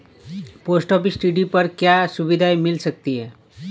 Post office TD पर क्या सुविधाएँ मिल सकती है?